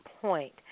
point